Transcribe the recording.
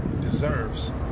deserves